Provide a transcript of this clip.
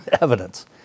evidence